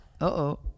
Uh-oh